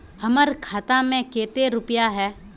हमर खाता में केते रुपया है?